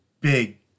big